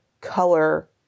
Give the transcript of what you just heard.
color